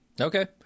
Okay